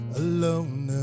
alone